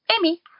Amy